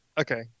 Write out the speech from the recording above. Okay